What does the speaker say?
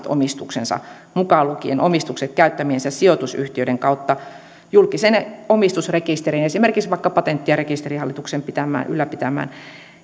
omistuksensa mukaan lukien omistukset käyttämiensä sijoitusyhtiöiden kautta julkiseen omistusrekisteriin esimerkiksi vaikka patentti ja rekisterihallituksen ylläpitämään